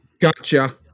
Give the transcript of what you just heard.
gotcha